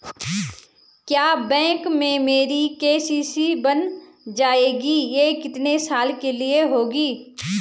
क्या बैंक में मेरी के.सी.सी बन जाएगी ये कितने साल के लिए होगी?